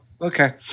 okay